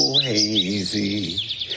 hazy